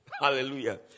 hallelujah